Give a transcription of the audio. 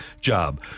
job